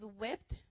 whipped